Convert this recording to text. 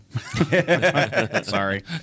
Sorry